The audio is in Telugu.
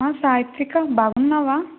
సాయిత్విక బాగున్నావా